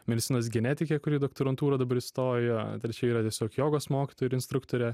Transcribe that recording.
medicinos genetikė kuri į doktorantūrą dabar įstojo trečia yra tiesiog jogos mokytoja ir instruktorė